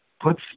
puts